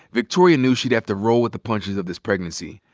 victoria knew she'd have to roll with the punches of this pregnancy.